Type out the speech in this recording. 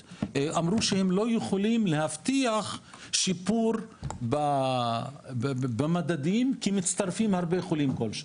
אמרו שהם לא יכולים להבטיח שיפור במדדים כי מצטרפים הרבה חולים כל שנה,